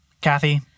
Kathy